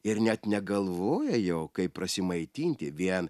ir net negalvoja jau kaip prasimaitinti vien